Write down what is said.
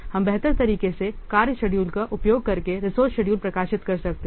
हम बेहतर तरीके से कार्य शेड्यूल का उपयोग करके रिसोर्सेशेड्यूल प्रकाशित कर सकते हैं